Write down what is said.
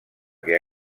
que